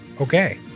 Okay